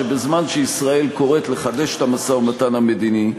שבזמן שישראל קוראת לחדש את המשא-ומתן המדיני,